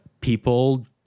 people